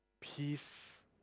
peace